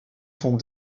font